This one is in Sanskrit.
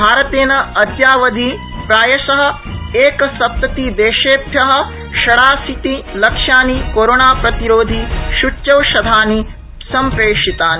भारतेन अद्यावधि प्रयाश एकसप्ततिदेशभ्य षडाशीतिलक्षानि कोरोना प्रतिरोधि सूच्यौषधानि सम्प्रेषितानि